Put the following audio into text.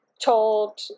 told